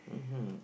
mmhmm